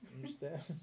understand